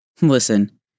Listen